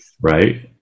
Right